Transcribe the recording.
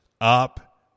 up